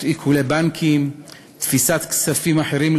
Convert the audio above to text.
עיקולים בבנקים ותפיסת כספים אחרים,